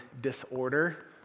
disorder